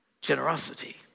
generosity